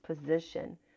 position